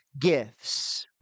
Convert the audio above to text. gifts